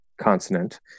consonant